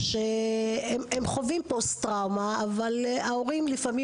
שחווים פוסט-טראומה אבל ההורים לפעמים